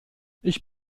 ich